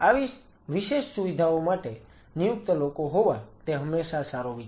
આવી વિશેષ સુવિધાઓ માટે નિયુક્ત લોકો હોવા તે હંમેશા સારો વિચાર છે